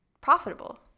profitable